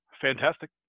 fantastic